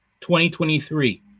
2023